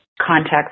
context